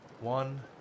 One